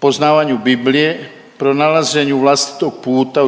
poznavanju Biblije, pronalaženju vlastitog puta